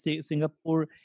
Singapore